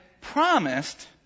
promised